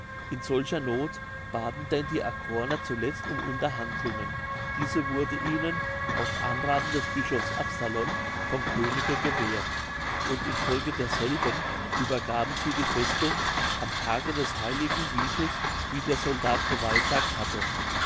in solcher noth baten denn die arkoner zuletzt um unterhandlungen diese wurden ihnen auf anrathen des bischofs absalon vom könige gewährt und in folge derselben übergaben sie die festung am tage des heiligen vitus wie der soldat geweissagt hatte